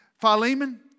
Philemon